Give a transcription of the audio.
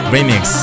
Remix